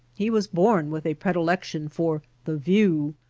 he was born with a pre dilection for the view,